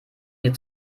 mir